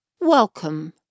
Welcome